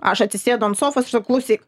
aš atsisėdu ant sofos ir sakau klausyk